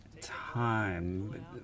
time